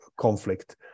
conflict